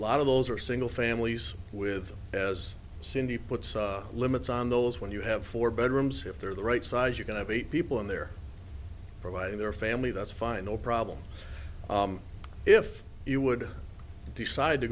lot of those are single families with as cindy puts limits on those when you have four bedrooms if they're the right size you can have eight people in there providing their family that's fine no problem if you would decide to